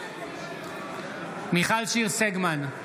מיכל שיר סגמן,